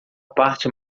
parte